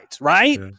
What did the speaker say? right